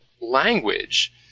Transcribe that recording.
language